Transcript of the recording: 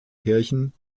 kirchen